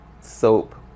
soap